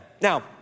Now